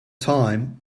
time